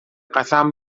قسم